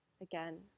again